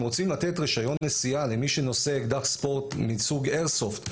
אם רוצים לתת רישיון נשיאה למי שנושא אקדח ספורט מסוג איירסופט,